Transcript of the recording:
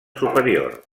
superior